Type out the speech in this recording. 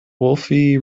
wolfe